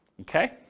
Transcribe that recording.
Okay